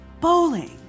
bowling